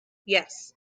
yes